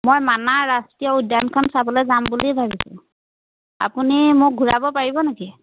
মই মানাহ ৰাষ্ট্ৰীয় উদ্যানখন চাবলৈ যাম বুলি ভাবিছোঁ আপুনি মোক ঘূৰাব পাৰিব নেকি